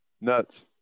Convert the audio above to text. Nuts